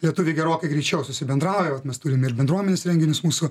lietuviai gerokai greičiau susibendrauja vat mes turime ir bendruomenės renginius mūsų